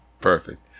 perfect